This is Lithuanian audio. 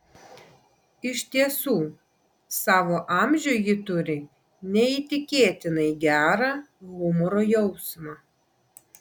iš tiesų savo amžiui ji turi neįtikėtinai gerą humoro jausmą